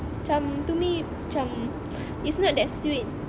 cam to me cam it's not that sweet